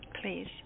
Please